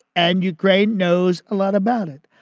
and ukraine knows a lot about it.